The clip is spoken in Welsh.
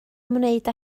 ymwneud